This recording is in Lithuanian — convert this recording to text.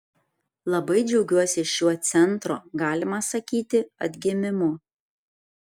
labai džiaugiuosi šiuo centro galima sakyti atgimimu